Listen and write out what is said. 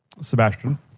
Sebastian